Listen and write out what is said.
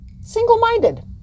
single-minded